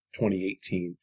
2018